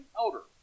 elder